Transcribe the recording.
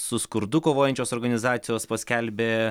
su skurdu kovojančios organizacijos paskelbė